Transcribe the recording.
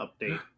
update